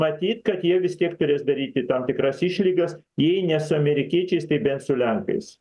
matyt kad jie vis tiek turės daryti tam tikras išlygas jei ne su amerikiečiais tai bent su lenkais